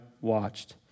watched